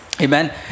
amen